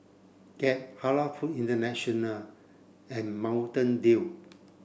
Gap Halal Food International and Mountain Dew